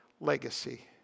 legacy